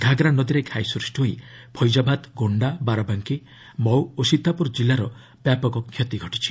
ଘାଘରା ନଦୀରେ ଘାଇ ସୃଷ୍ଟି ହୋଇ ଫୈଜାବାଦ ଗୋଣ୍ଡା ବାରାବାଙ୍କି ମଉ ଓ ସୀତାପୁର ଜିଲ୍ଲା ବ୍ୟାପକ କ୍ଷତିଗ୍ରସ୍ତ ହୋଇଛି